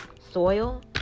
soil